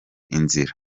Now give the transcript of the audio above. inzira